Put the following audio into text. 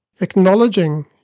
acknowledging